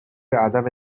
عدم